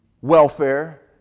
welfare